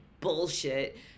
bullshit